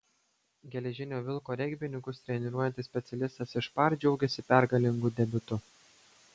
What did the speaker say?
geležinio vilko regbininkus treniruojantis specialistas iš par džiaugiasi pergalingu debiutu